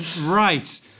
Right